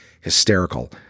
hysterical